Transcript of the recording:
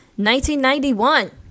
1991